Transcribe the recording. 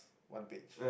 one page